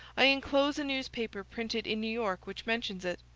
i enclose a newspaper printed in new york which mentions it.